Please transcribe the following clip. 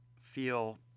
feel